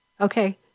Okay